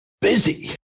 busy